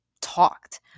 talked